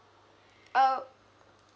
uh